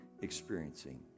experiencing